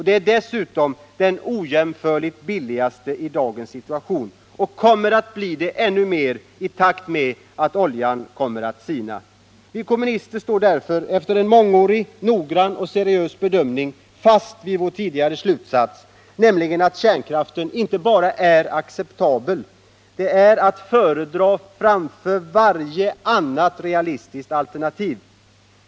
Den är dessutom den ojämförligt billigaste i dagens situation och kommer att bli det ännu mer i takt med att oljan sinar. Vi kommunister står därför efter en mångårig, noggrann och seriös bedömning fast vid vår tidigare slutsats, nämligen att kärnkraften inte bara är acceptabel. Den är att föredra framför varje annat realistiskt alternativ.